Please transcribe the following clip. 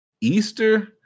Easter